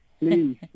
Please